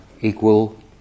equal